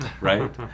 right